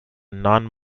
non